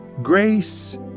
Grace